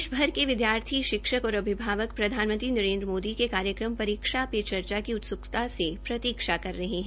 देशभर के विद्यार्थी शिक्षक और अभिभावक प्रधानमंत्री नरेन्द्र मोदी के कार्यक्रम परीक्षा पे चर्चा की उत्स्कता से प्रतीक्षा कर रहे है